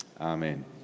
Amen